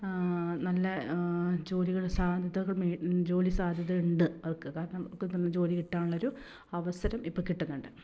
നല്ല ജോലികൾ സാധ്യതകൾ ജോലി സാധ്യത ഉണ്ട് അവർക്ക് കാരണം ഇപ്പം അവർക്ക് ജോലി കിട്ടാനുള്ളൊരു അവസരം ഇപ്പം കിട്ടുന്നുണ്ട്